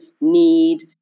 need